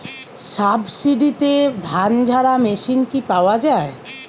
সাবসিডিতে ধানঝাড়া মেশিন কি পাওয়া য়ায়?